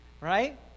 Right